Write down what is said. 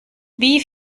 wie